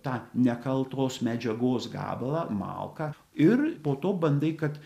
tą nekaltos medžiagos gabalą malką ir po to bandai kad